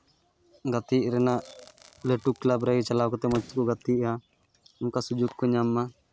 ᱜᱟᱛᱮᱜ ᱨᱮᱱᱟᱜ ᱞᱟᱹᱴᱩ ᱠᱞᱟᱵᱽ ᱨᱮ ᱪᱟᱞᱟᱣ ᱠᱟᱛᱮᱫ ᱢᱚᱡᱽ ᱛᱮᱠᱚ ᱜᱟᱛᱮᱜᱼᱟ ᱚᱱᱠᱟ ᱥᱩᱡᱳᱜᱽ ᱠᱚ ᱧᱟᱢᱢᱟ